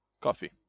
Coffee